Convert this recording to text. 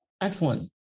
Excellent